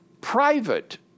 private